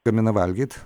gamina valgyt